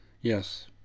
Yes